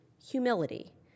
Humility